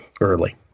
early